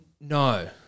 No